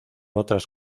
otras